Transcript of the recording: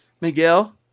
Miguel